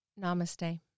namaste